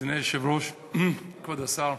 אדוני היושב-ראש, כבוד השר,